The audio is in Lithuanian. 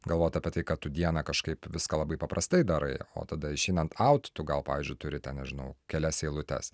galvoti apie tai ką tu dieną kažkaip viską labai paprastai darai o tada išeinant aut tu gal pavyzdžiui turi ten nežinau kelias eilutes